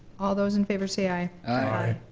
all those in favor say aye. aye.